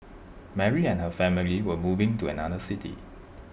Mary and her family were moving to another city